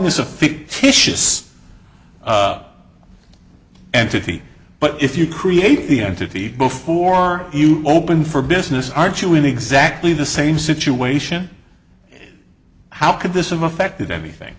this a fictitious entity but if you create the entity before you open for business aren't you in exactly the same situation how could this have affected anything